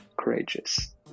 courageous